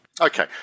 Okay